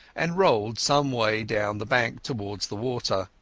and rolled some way down the bank towards the water.